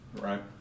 Right